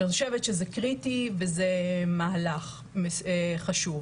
שאני חושבת שזה קריטי וזה מהלך חשוב.